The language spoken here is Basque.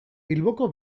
bilboko